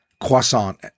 croissant